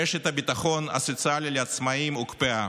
רשת הביטחון הסוציאלי לעצמאים הוקפאה,